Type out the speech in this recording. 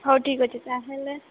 ହଉ ଠିକ୍ ଅଛି ତା'ହେଲେ